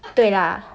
对啦